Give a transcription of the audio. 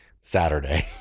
Saturday